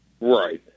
Right